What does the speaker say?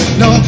no